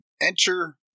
Enter